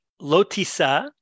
lotisa